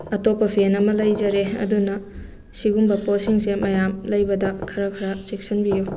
ꯑꯇꯣꯞꯄ ꯐꯦꯟ ꯑꯃ ꯂꯩꯖꯔꯦ ꯑꯗꯨꯅ ꯁꯤꯒꯨꯝꯕ ꯄꯣꯠꯁꯤꯡꯁꯦ ꯃꯌꯥꯝ ꯂꯩꯕꯗ ꯈꯔ ꯈꯔ ꯆꯦꯛꯁꯟꯕꯤꯌꯨ